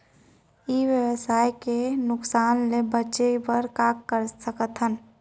ई व्यवसाय के नुक़सान ले बचे बर का कर सकथन?